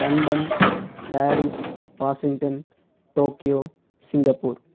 London Paris Washington Tokyo Singapore